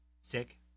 sick